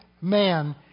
man